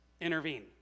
intervene